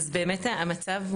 יכול באמצעות הטלפון לצרוך שירותים,